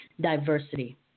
diversity